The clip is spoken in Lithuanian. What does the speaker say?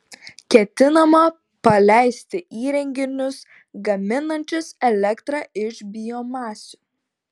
ketinama paleisti įrenginius gaminančius elektrą iš biomasių